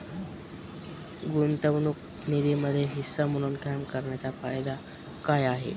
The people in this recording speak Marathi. गुंतवणूक निधीमध्ये हिस्सा म्हणून काम करण्याच्या फायदा काय आहे?